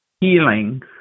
healing